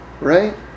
right